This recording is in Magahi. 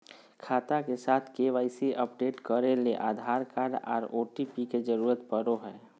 खाता के साथ के.वाई.सी अपडेट करे ले आधार कार्ड आर ओ.टी.पी के जरूरत पड़ो हय